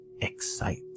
Excite